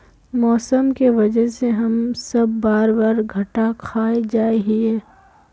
मौसम के वजह से हम सब बार बार घटा खा जाए हीये?